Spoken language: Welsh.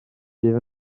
bydd